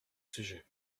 sujet